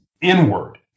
inward